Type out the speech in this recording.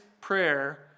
prayer